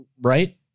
right